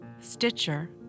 Stitcher